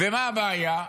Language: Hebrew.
מה הבעיה?